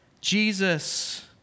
Jesus